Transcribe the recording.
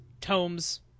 tomes